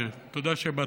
תודה שבאת,